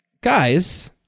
Guys